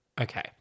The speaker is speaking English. Okay